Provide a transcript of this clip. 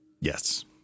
yes